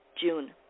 June